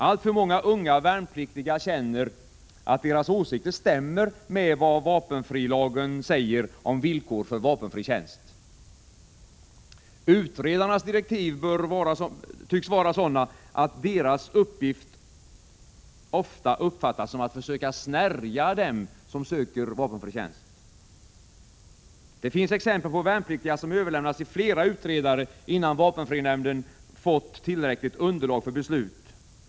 Alltför många unga värnpliktiga känner att deras åsikter stämmer med vad vapenfrilagen säger om villkor för vapenfri tjänst. Utredarnas direktiv tycks vara sådana, att deras uppgift ofta uppfattas som att försöka snärja den som söker vapenfri tjänst. Det finns exempel på värnpliktiga som överlämnats till flera utredare innan vapenfrinämnden fått tillräckligt underlag för beslut.